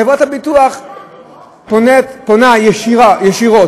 חברת הביטוח פונה ישירות,